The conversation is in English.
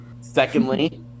secondly